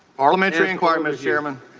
parliamentary inquiry. mr. chairman.